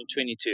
2022